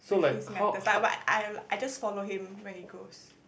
with his matters but like I just follow him where he goes